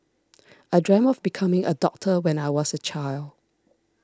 I dreamt of becoming a doctor when I was a child